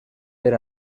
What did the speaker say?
per